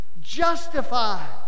Justified